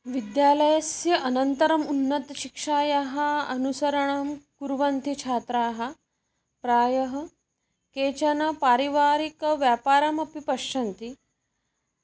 विद्यालयस्य अनन्तरम् उन्नतशिक्षायाः अनुसरणं कुर्वन्ति छात्राः प्रायः केचन पारिवारिकव्यापारमपि पश्यन्ति